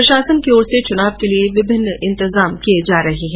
प्रशासन की ओर से चुनाव के लिए विभिन्न इंतजाम किए जा रहे हैं